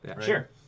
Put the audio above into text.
Sure